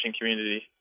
community